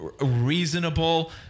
reasonable